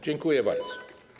Dziękuję bardzo.